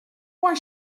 why